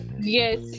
yes